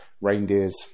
reindeers